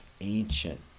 ancient